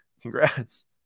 Congrats